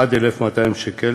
עד 1,200 שקל,